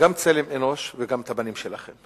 גם צלם אנוש וגם את הבנים שלכם.